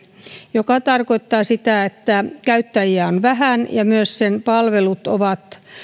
mikä tarkoittaa sitä että käyttäjiä on vähän ja myös sen palvelut ovat